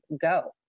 go